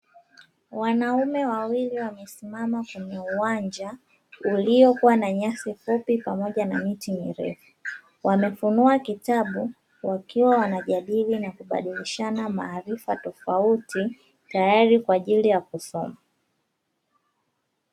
Wanaume wawili wamesimama kwenye uwanja uliokuwa na nyasi fupi pamoja na miti mirefu. Wamefunua kitabu wakiwa wanajadili na kubadilishana maarifa tofauti tayari kwa ajili ya kusoma.